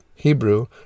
Hebrew